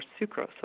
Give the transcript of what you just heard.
sucrose